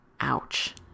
Ouch